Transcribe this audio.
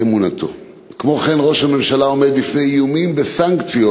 כמו כן, ראש הממשלה עומד בפני איומים בסנקציות,